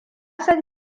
san